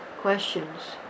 questions